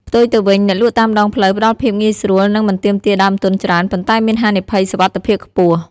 ផ្ទុយទៅវិញ អ្នកលក់តាមដងផ្លូវផ្តល់ភាពងាយស្រួលនិងមិនទាមទារដើមទុនច្រើន ប៉ុន្តែមានហានិភ័យសុវត្ថិភាពខ្ពស់។